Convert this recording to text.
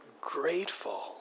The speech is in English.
grateful